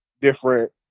different